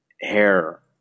hair